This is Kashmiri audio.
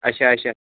اَچھا اَچھا